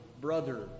brother